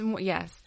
yes